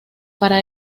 para